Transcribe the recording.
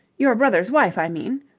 your brother's wife, i mean,